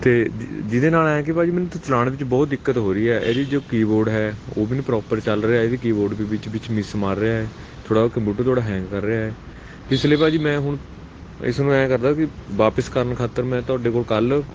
ਅਤੇ ਜਿ ਜਿਹਦੇ ਨਾਲ ਹੈ ਕਿ ਭਾਜੀ ਮੈਨੂੰ ਤਾਂ ਚਲਾਉਣ ਵਿੱਚ ਬਹੁਤ ਦਿੱਕਤ ਹੋ ਰਹੀ ਹੈ ਇਹਦੀ ਜੋ ਕੀਬੋਰਡ ਹੈ ਉਹ ਵੀ ਨਹੀਂ ਪ੍ਰੋਪਰ ਚੱਲ ਰਿਹਾ ਇਹਦੀ ਕੀਬੋਰਡ ਵੀ ਵਿੱਚ ਵਿੱਚ ਮਿਸ ਮਾਰ ਰਿਹਾ ਹੈ ਥੋੜ੍ਹਾ ਕੰਪਿਊਟਰ ਤੁਹਾਡਾ ਹੈਂਗ ਕਰ ਰਿਹਾ ਹੈ ਇਸ ਲਈ ਭਾਜੀ ਮੈਂ ਹੁਣ ਇਸ ਨੂੰ ਐਂ ਕਰਦਾਂ ਕਿ ਵਾਪਿਸ ਕਰਨ ਖਾਤਰ ਮੈਂ ਤੁਹਾਡੇ ਕੋਲ ਕੱਲ੍ਹ